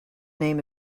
name